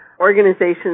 organizations